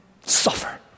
suffer